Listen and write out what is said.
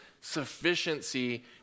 sufficiency